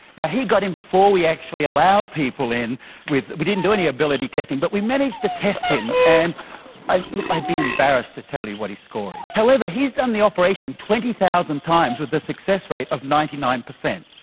he got in before we actually allowed people in with, we didn't do any ability testing, but we managed to test him, and i'd like i'd be embarrassed to tell you what his score is. however, he's done the operation twenty thousand times with a success rate of ninety nine percent.